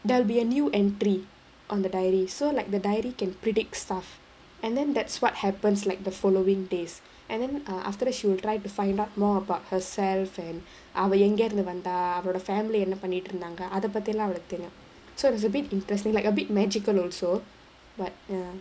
there'll be a new entry on the diary so like the diary can predict stuff and then that's what happens like the following days and then err after that she will try to find out more about herself and அவ எங்கிருந்து வந்தா அவளோட:ava engirunthu vandhaa avaloda family என்ன பண்ணிட்டிருந்தாங்க அத பத்தியெல்லா அவளுக்கு தெரியும்:enna pannittirunthaanga atha pathiyellaa avalukku theriyum so it was a bit interesting like a bit magical also but ya